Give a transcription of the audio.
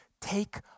take